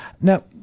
Now